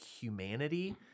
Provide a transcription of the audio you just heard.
humanity